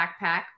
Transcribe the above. backpack